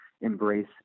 embrace